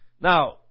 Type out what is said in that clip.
Now